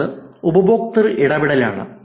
അടുത്തത് ഉപയോക്തൃ ഇടപെടലാണ്